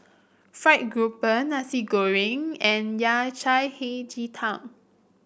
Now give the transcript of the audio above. fried grouper Nasi Goreng and Yao Cai Hei Ji Tang